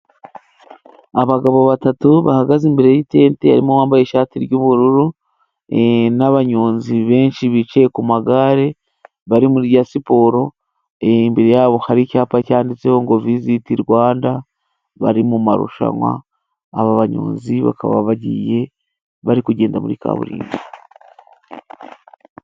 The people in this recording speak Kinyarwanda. Abagabo batatu bahagaze imbere yitete harimo uwambaye ishati y'ubururu n'abanyonzi benshi bicaye ku magare bari muri ya siporo, imbere yabo hari icyapa cyanditseho ngo visiti Rwanda bari mu marushanwa, aba banyonzi bakaba bagiye bari kugenda muri kaburimbo.